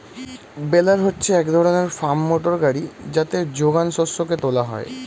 বেলার হচ্ছে এক ধরনের ফার্ম মোটর গাড়ি যাতে যোগান শস্যকে তোলা হয়